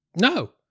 No